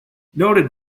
noted